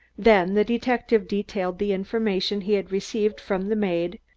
then the detective detailed the information he had received from the maid,